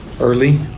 early